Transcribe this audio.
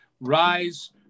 rise